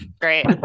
great